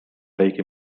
riigi